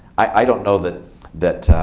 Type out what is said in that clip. i don't know that that